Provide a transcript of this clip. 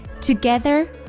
Together